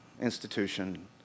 institution